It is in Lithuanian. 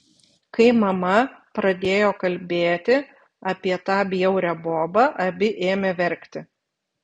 kai mama pradėjo kalbėti apie tą bjaurią bobą abi ėmė verkti